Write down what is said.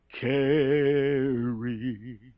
carry